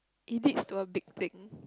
it is to a big thing